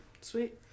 Sweet